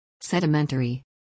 Sedimentary